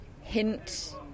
hint